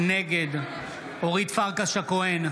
נגד אורית פרקש הכהן,